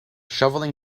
shoveling